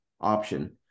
option